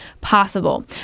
possible